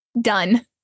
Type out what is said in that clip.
done